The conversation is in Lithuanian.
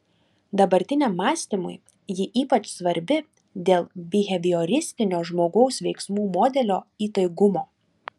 dabartiniam mąstymui ji ypač svarbi dėl bihevioristinio žmogaus veiksmų modelio įtaigumo